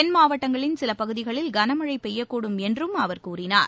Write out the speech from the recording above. தென் மாவட்டங்களின் சில பகுதிகளில் கனமழை பெய்யக்கூடும் என்றும் அவர் கூறினார்